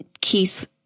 Keith